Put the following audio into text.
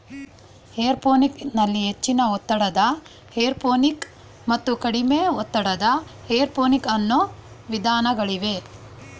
aeroponic ನಲ್ಲಿ ಹೆಚ್ಚಿನ ಒತ್ತಡದ ಏರೋಪೋನಿಕ್ ಮತ್ತು ಕಡಿಮೆ ಒತ್ತಡದ ಏರೋಪೋನಿಕ್ ಅನ್ನೂ ವಿಧಾನಗಳಿವೆ